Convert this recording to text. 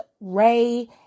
Ray